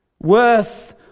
worth